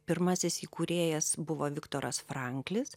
pirmasis įkūrėjas buvo viktoras franklis